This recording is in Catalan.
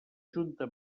junta